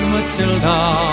Matilda